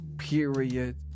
period